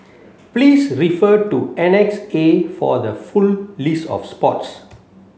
please refer to Annex A for the full list of sports